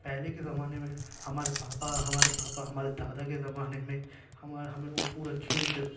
پہلے کے زمانے میں ہمارے پاپا ہمارے پاپا ہمارے دادا کے زمانے میں ہمارا ہمیں وہ پورا کھیت